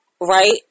Right